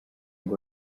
ngo